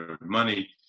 money